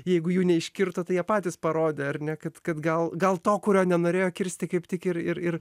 jeigu jų neiškirto tai jie patys parodė ar ne kad kad gal gal to kurio nenorėjo kirsti kaip tik ir ir